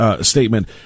statement